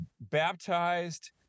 baptized